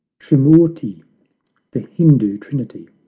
trimourti the hindoo trinity.